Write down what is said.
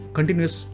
Continuous